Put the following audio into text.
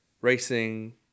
racing